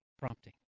prompting